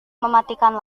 mematikan